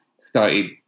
started